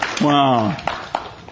Wow